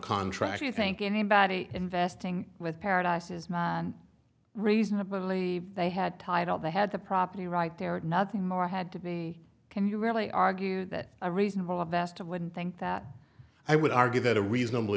contract you think anybody investing with paradises reasonably they had title they had the property right there nothing more had to be can you really argue that a reasonable avesta wouldn't think that i would argue that a reasonabl